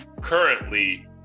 currently